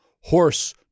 horse